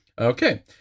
Okay